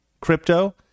crypto